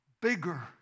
bigger